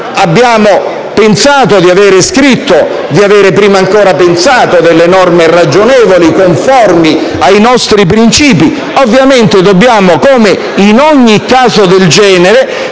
Noi riteniamo di avere scritto, e di avere prima ancora pensato, delle norme ragionevoli e conformi ai nostri principi. Ovviamente dobbiamo, come in ogni caso del genere,